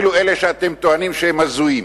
אפילו אלה שאתם טוענים שהם הזויים,